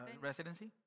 residency